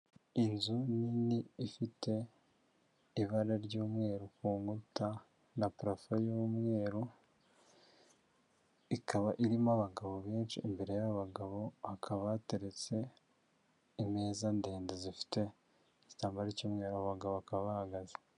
Inzu nini ifite ibara ry'umweru ku nkuta na parafo y'umweru ikaba irimo abagabo benshi imbere y'abo bagabo hakaba hateretse imeza ndende zifite igitambaro cy'umweru abo bagabo bakaba bahagaze.